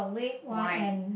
wine